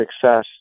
success